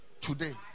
Today